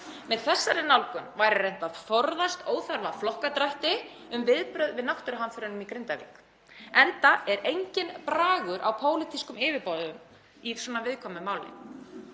Með þessari nálgun væri reynt að forðast óþarfaflokkadrætti um viðbrögð við náttúruhamförunum í Grindavík, enda er enginn bragur á pólitískum yfirboðum í svona viðkvæmu máli.